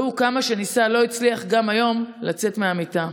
והוא, כמה שניסה, לא הצליח גם היום לצאת מהמיטה.